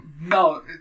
No